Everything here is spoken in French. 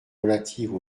relatives